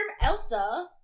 Elsa